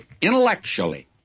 intellectually